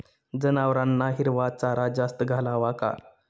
जनावरांना हिरवा चारा जास्त घालावा का?